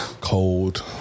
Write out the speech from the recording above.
Cold